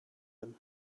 him